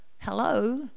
hello